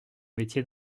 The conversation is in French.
métier